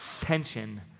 tension